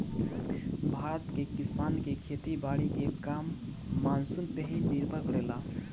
भारत के किसान के खेती बारी के काम मानसून पे ही निर्भर करेला